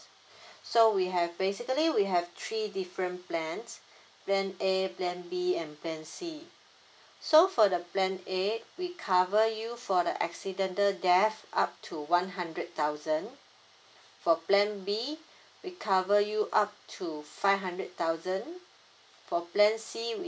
so we have basically we have three different plans plan A plan B and plan C so for the plan A we cover you for the accidental death up to one hundred thousand for plan B we cover you up to five hundred thousand for plan C we